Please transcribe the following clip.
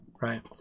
Right